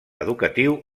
educatiu